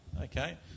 okay